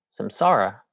samsara